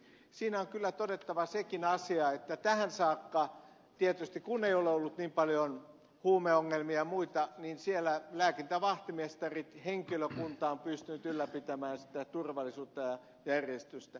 siinä on kyllä todettava sekin asia että tähän saakka tietysti kun ei ole ollut niin paljon huumeongelmia ja muita siellä lääkintävahtimestarit ja henkilökunta ovat pystyneet ylläpitämään sitä turvallisuutta ja järjestystä